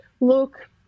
look